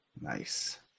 Nice